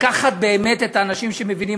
לקחת באמת את האנשים שמבינים.